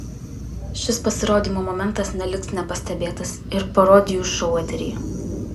šis pasirodymo momentas neliks nepastebėtas ir parodijų šou eteryje